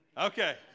Okay